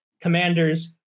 Commanders